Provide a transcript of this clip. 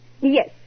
Yes